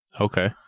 Okay